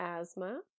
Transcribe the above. asthma